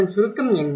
அதன் சுருக்கம் என்ன